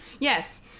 yes